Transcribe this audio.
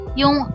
yung